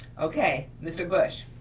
okay, mr. bush.